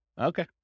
Okay